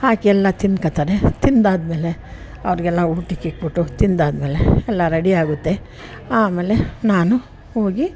ಹಾಕಿ ಎಲ್ಲ ತಿನ್ಕೋತಾರೆ ತಿಂದಾದಮೇಲೆ ಅವ್ರಿಗೆಲ್ಲ ಊಟಕ್ಕೆ ಕೊಟ್ಟು ತಿಂದಾದಮೇಲೆ ಎಲ್ಲ ರೆಡಿಯಾಗುತ್ತೆ ಆಮೇಲೆ ನಾನು ಹೋಗಿ